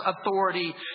authority